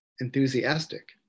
enthusiastic